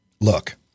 look